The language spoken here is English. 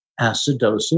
acidosis